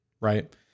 right